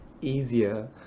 easier